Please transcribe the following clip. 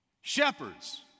Shepherds